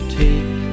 take